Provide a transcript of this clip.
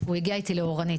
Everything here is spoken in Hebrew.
הוא הגיע איתי לאורנית,